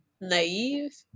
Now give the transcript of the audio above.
naive